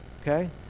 okay